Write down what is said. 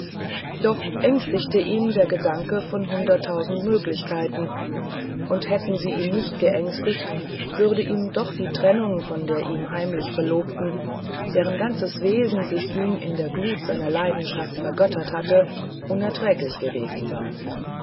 doch ängstigten ihn gedanken von hunderttausend möglichkeiten und hätten sie ihn nicht geängstigt würde ihm doch die trennung von der ihm heimlich verlobten deren ganzes wesen sich ihm in der glut seiner leidenschaft vergöttert hatte unerträglich gewesen sein